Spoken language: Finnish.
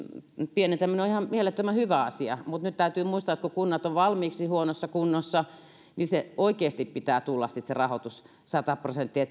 pienentäminen on ihan mielettömän hyvä asia mutta nyt täytyy muistaa että kun kunnat ovat valmiiksi huonossa kunnossa niin oikeasti pitää tulla sitten se rahoitus sata prosenttia